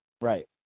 Right